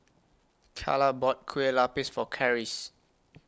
Calla bought Kueh Lapis For Karis